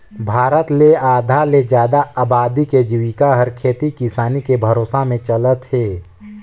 भारत ले आधा ले जादा अबादी के जिविका हर खेती किसानी के भरोसा में चलत हे